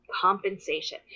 Compensation